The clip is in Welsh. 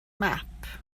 map